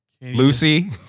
Lucy